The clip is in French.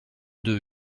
deux